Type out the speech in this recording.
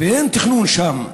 ואין תכנון שם.